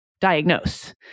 diagnose